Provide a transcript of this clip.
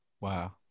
wow